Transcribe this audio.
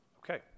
Okay